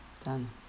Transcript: Done